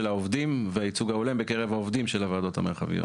העובדים והייצוג ההולם בקרב העובדים של הוועדות המרחביות.